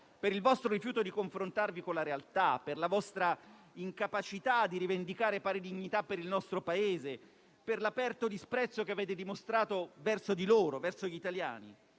per il vostro rifiuto di confrontarvi con la realtà, per la vostra incapacità di rivendicare pari dignità per il nostro Paese e per l'aperto disprezzo che avete dimostrato verso di loro, verso gli italiani.